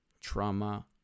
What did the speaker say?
Trauma